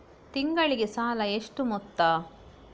ತಿಂಗಳಿಗೆ ಸಾಲ ಎಷ್ಟು ಮೊತ್ತ?